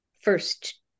first